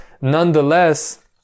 nonetheless